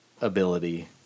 ability